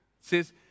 says